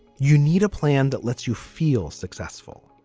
you need a plan that lets you feel successful.